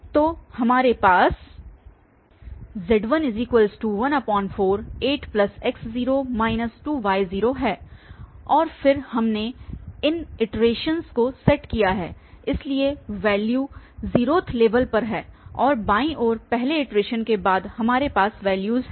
तो हमारे पास z148x 2y है और फिर हमने इन इटरेशनस को सेट किया है इसलिए वैल्यूस 0th लेवल पर हैं और बाईं ओर पहले इटरेशन के बाद हमारे पास वैल्यूस हैं